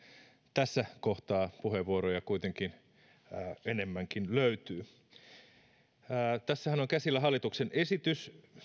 tässä kohtaa puheenvuoroja kuitenkin löytyy enemmänkin tässähän on käsillä hallituksen esitys